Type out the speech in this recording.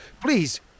Please